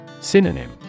Synonym